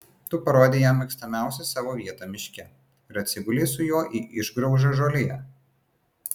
tu parodei jam mėgstamiausią savo vietą miške ir atsigulei su juo į išgraužą žolėje